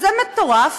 זה מטורף,